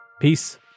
Peace